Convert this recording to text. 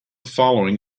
following